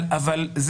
זה